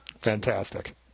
fantastic